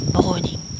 morning